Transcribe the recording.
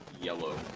yellow